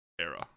era